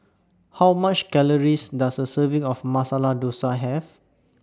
How much Calories Does A Serving of Masala Dosa Have